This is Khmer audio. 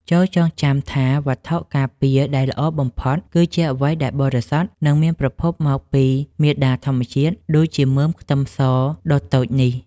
ចូរចងចាំថាវត្ថុការពារដែលល្អបំផុតគឺជាអ្វីដែលបរិសុទ្ធនិងមានប្រភពមកពីមាតាធម្មជាតិដូចជាមើមខ្ទឹមសដ៏តូចនេះ។